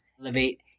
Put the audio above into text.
Elevate